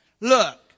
Look